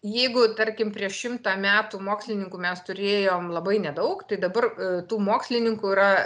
jeigu tarkim prieš šimtą metų mokslininkų mes turėjom labai nedaug tai dabar tų mokslininkų yra